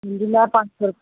ਹਾਂਜੀ ਮੈਂ ਪੰਜ ਸੌ